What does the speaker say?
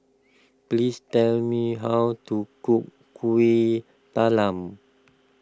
please tell me how to cook Kuih Talam